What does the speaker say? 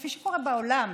כפי שקורה בעולם,